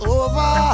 over